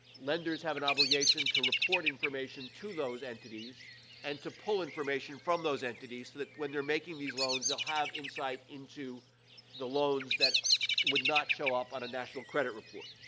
lenders have an obligation to report information to those entities and to pull information from those entities, so that when they're making these loans, they'll have insight into the loans that would not show up on a national credit report.